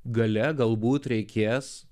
gale galbūt reikės